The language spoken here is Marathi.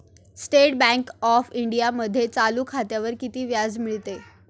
स्टेट बँक ऑफ इंडियामध्ये चालू खात्यावर किती व्याज मिळते?